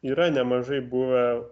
yra nemažai buvę